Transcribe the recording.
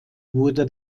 wurde